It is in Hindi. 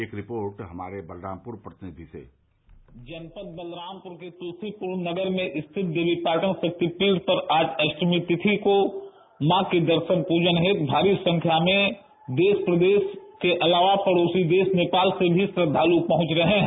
एक रिपोर्ट हमारे बलरामपुर प्रतिनिधि से जनपद बलरामपुर के तुलसीपुर नगर में स्थित देवीपाटन राक्तिपीठ पर आज अप्टमी तिथि को माँ के दर्शन पूजन हेतु भारी संख्या में देश व प्रदेश के अलावा पड़ोसी देन्न नेपाल से भी श्रद्धाल पहुंच रहे हैं